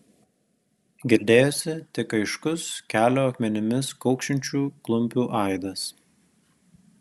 girdėjosi tik aiškus kelio akmenimis kaukšinčių klumpių aidas